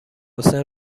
حسین